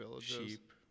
Sheep